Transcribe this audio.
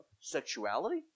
sexuality